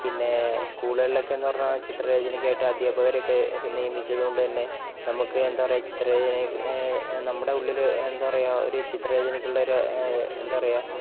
പിന്നെ സ്കൂളുകളിലൊക്കെ എന്ന് പറഞ്ഞാൽ ചിത്രരചനയ്ക്കായിട്ട് അധ്യാപകരെയൊക്കെ നിയമിച്ചത് കൊണ്ട് തന്നെ നമുക്ക് എന്താ പറയാ ചിത്രരചന നമ്മുടെ ഉള്ളിൽ എന്താ പറയാ ഒരു ചിത്ര രചനയ്ക്കുള്ളൊരു എന്താപറയ